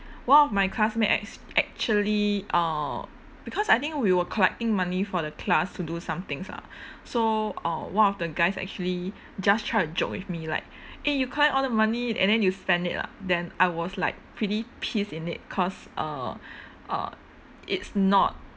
one of my classmates act~ actually err because I think we were collecting money for the class to do some things ah so uh one of the guys actually just try to joke with me like eh you collect all the money and then you spend it ah then I was like pretty pissed in it cause uh uh it's not